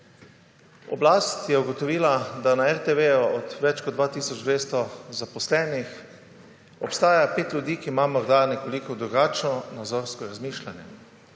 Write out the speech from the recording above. Oblast je ugotovila, da na RTV od več kot 2 tisoč 200 zaposlenih obstaja 5 ljudi, ki ima morda nekoliko drugačno nazorska razmišljanje.